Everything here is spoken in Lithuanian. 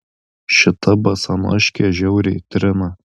šita basanoškė žiauriai trina